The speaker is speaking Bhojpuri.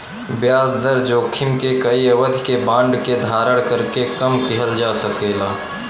ब्याज दर जोखिम के कई अवधि के बांड के धारण करके कम किहल जा सकला